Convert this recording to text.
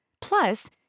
plus